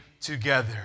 together